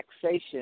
taxation